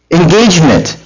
engagement